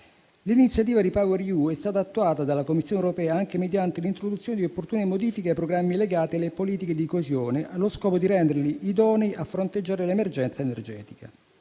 L'iniziativa REPowerEU è stata attuata dalla Commissione europea anche mediante l'introduzione di opportune modifiche ai programmi legate alle politiche di coesione, allo scopo di renderli idonei a fronteggiare l'emergenza energetica.